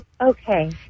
Okay